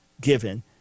given